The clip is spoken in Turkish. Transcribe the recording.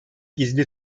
gizli